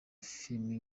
filime